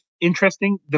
interesting